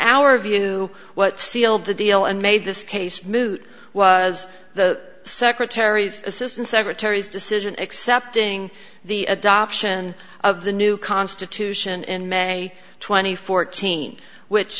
our view what sealed the deal and made this case moot was the secretaries assistant secretaries decision accepting the adoption of the new constitution in may twenty fourth teen which